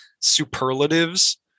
superlatives